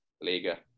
Liga